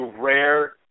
rare